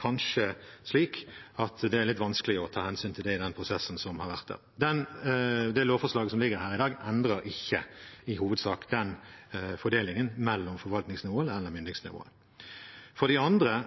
kanskje slik at det er litt vanskelig å ta hensyn til det i den prosessen som har vært her. Men det lovforslaget som ligger her i dag, endrer ikke i hovedsak den fordelingen mellom forvaltningsnivåene, eller myndighetsnivået. For de andre